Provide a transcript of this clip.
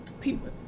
people